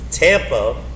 Tampa